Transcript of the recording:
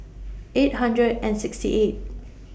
eight hundred and sixty eighth